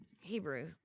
Hebrew